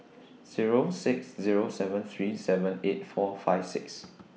Zero six Zero seven three seven eight four five six